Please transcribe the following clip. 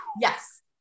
Yes